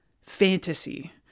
fantasy